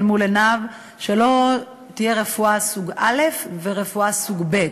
מול עיניו שלא תהיה רפואה סוג א' ורפואה סוג ב'.